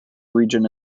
region